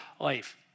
life